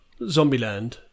Zombieland